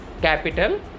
capital